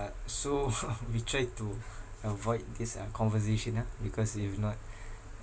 so we try to avoid this uh conversation ah because if not